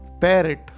Parrot